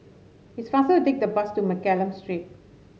it's faster to take the bus to Mccallum Street